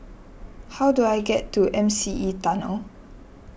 how do I get to M C E Tunnel